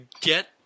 get